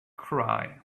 cry